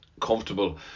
comfortable